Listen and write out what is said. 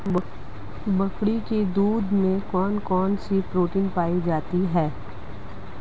बकरी के दूध में कौन कौनसे प्रोटीन पाए जाते हैं?